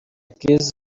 keys